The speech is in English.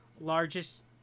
largest